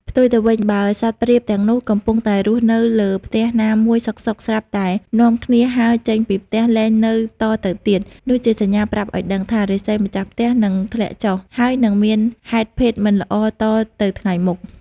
ផ្ទុយទៅវិញ បើសត្វព្រាបទាំងនោះកំពុងតែរស់នៅលើផ្ទះណាមួយសុខៗ ស្រាប់តែនាំគ្នាហើរចេញពីផ្ទះលែងនៅតទៅទៀត នោះជាសញ្ញាប្រាប់ឱ្យដឹងថា រាសីម្ចាស់ផ្ទះនឹងធ្លាក់ចុះ ហើយនិងមានហេតុភេទមិនល្អតទៅថ្ងៃមុខ។